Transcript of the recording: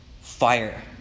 Fire